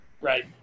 right